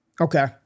Okay